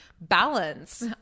balance